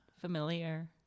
familiar